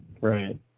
right